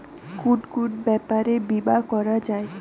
কুন কুন ব্যাপারে বীমা করা যায়?